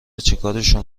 چیکارشون